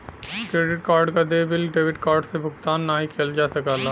credit card क देय bill debit card से भुगतान नाहीं किया जा सकला